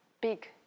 big